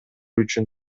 үчүн